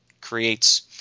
creates